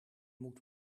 moet